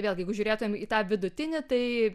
vėlgi jeigu žiūrėtumėm į tą vidutinį tai